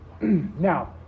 Now